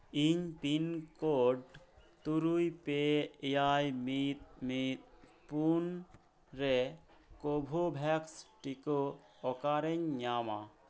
ᱤᱧ pin code ᱛᱩᱨᱩᱭ ᱯᱮ ᱮᱭᱟᱭ ᱢᱤᱫ ᱢᱤᱫ ᱯᱳᱱ ᱨᱮ ᱠᱳᱵᱷᱳᱵᱷᱮᱠᱥ ᱴᱤᱠᱟᱹ ᱚᱠᱟᱨᱤᱧ ᱧᱟᱢᱟ